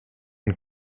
and